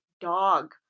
dog